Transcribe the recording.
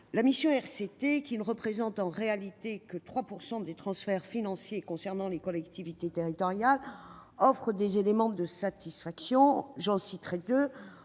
territoriales », qui ne représente en réalité que 3 % des transferts financiers concernant les collectivités territoriales, offre des éléments de satisfaction. J'en citerai deux